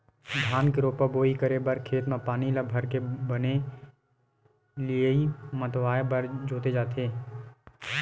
धान के रोपा बोवई करे बर खेत म पानी ल भरके बने लेइय मतवाए बर जोते जाथे